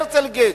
הרצל גדז',